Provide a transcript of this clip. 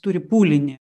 turi pūlinį